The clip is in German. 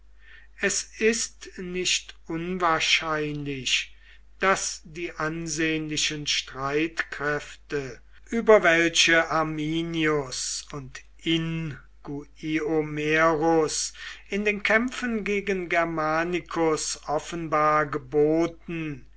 es ist nicht unwahrscheinlich daß die ansehnlichen streitkräfte über welche arminius und inguiomerus in den kämpfen gegen germanicus offenbar geboten